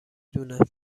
دونه